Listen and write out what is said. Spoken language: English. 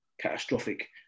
catastrophic